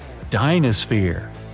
Dinosphere